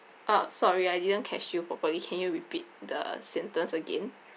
uh sorry I didn't catch you properly can you repeat the sentence again